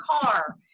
car